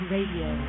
Radio